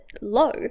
low